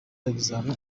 examen